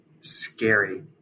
scary